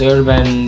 Urban